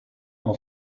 uno